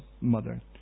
mother